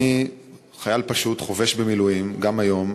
אני חייל פשוט, חובש במילואים גם היום,